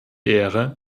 ehre